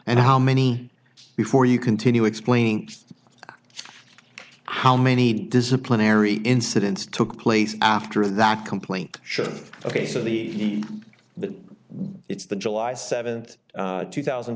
and how many before you continue explaining how many disciplinary incidents took place after that complaint showed ok so the but it's the july seventh two thousand